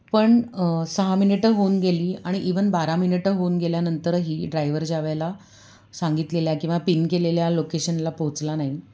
पण सहा मिनिटं होऊन गेली आणि इवन बारा मिनिटं होऊन गेल्यानंतरही ड्रायवर ज्या वेळेला सांगितलेल्या किंवा पिन केलेल्या लोकेशनला पोहचला नाही